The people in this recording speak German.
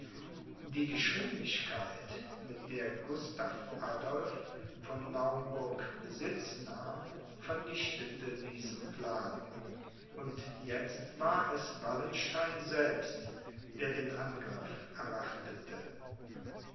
die geschwindigkeit mit der gustav adolph von naumburg besitz nahm vernichtete diesen plan und jetzt war es wallenstein selbst der den angriff erwartete